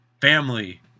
family